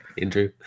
Andrew